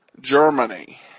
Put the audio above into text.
Germany